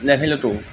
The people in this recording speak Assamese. লেভেলতো